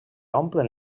omplen